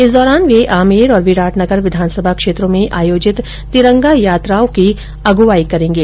इस दौरान वे आमेर और विराटनगर विधानसभा क्षेत्रों में आयोजित तिरंगा यात्रा की अगुवाई करेंगे